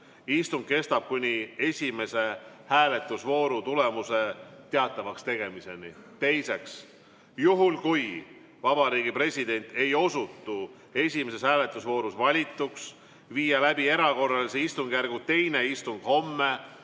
Istung kestab kuni esimese hääletusvooru tulemuse teatavakstegemiseni. Teiseks, juhul kui Vabariigi President ei osutu esimeses hääletusvoorus valituks, viia läbi erakorralise istungjärgu teine istung homme,